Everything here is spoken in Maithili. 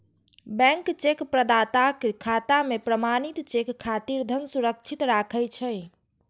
बैंक चेक प्रदाताक खाता मे प्रमाणित चेक खातिर धन सुरक्षित राखै छै